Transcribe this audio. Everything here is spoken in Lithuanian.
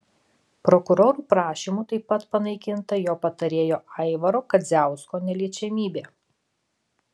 prokurorų prašymu taip pat panaikinta jo patarėjo aivaro kadziausko neliečiamybė